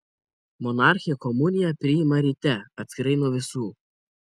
monarchė komuniją priima ryte atskirai nuo visų